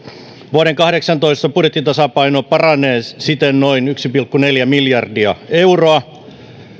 vuoden kahdeksantoista budjettitasapaino paranee siten noin yksi pilkku neljä miljardia euroa